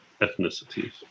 ethnicities